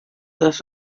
this